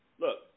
look